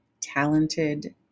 talented